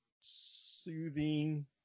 soothing